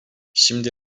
şimdi